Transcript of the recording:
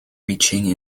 reaching